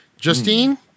Justine